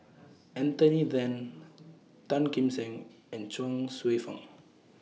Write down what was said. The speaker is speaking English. Anthony Then Tan Kim Seng and Chuang Hsueh Fang